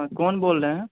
कौन बोल रहे हैं